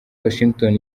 washington